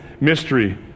mystery